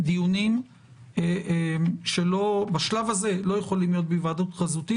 דיונים שבשלב הזה לא יכולים להיות בהיוועדות חזותית,